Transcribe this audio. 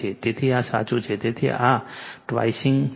તેથી આ સાચું છે તેથી આ ટવાઈસિંગ નથી